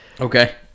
Okay